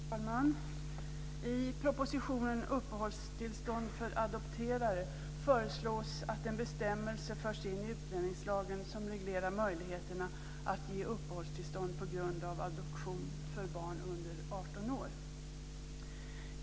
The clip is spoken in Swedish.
Herr talman! I propositionen Uppehållstillstånd för adopterade föreslås att en bestämmelse förs in i utlänningslagen som reglerar möjligheterna att ge uppehållstillstånd på grund av adoption för barn under 18 år.